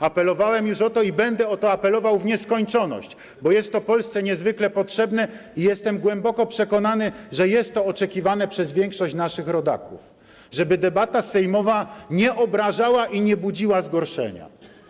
Apelowałem już o to i będę o to apelował w nieskończoność, bo jest to Polsce niezwykle potrzebne i jest to - jestem głęboko o tym przekonany - oczekiwane przez większość naszych rodaków, żeby debata sejmowa nie obrażała i nie budziła zgorszenia.